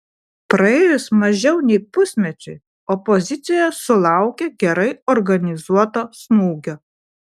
praėjus mažiau nei pusmečiui opozicija sulaukė gerai organizuoto smūgio